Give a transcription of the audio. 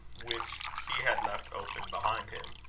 which he had left open behind him.